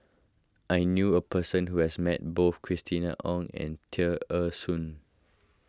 I knew a person who has met both Christina Ong and Tear Ee Soon